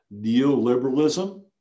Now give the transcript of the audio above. Neoliberalism